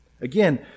Again